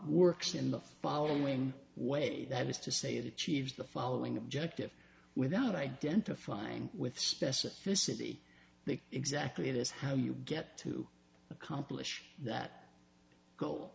works in the following way that is to say it teves the following objective without identifying with specificity the exactly it is how you get to accomplish that goal